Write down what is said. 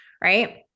right